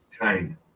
time